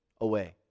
away